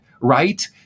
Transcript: right